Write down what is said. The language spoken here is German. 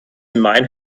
mein